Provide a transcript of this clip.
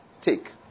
take